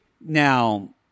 Now